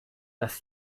das